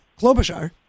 Klobuchar